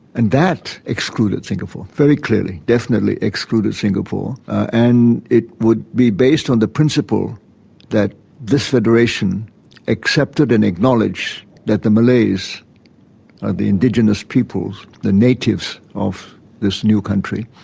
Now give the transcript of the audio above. and that excluded singapore very clearly, definitely excluded singapore, and it would be based on the principle that this federation accepted and acknowledged that the malays are the indigenous peoples, the natives of this new country,